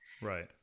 right